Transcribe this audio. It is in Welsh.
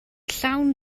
llawn